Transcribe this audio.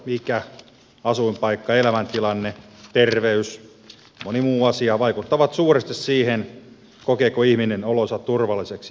ikä asuinpaikka elämäntilanne terveys ja moni muu asia vaikuttavat suuresti siihen kokeeko ihminen olonsa turvalliseksi vai ei